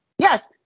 Yes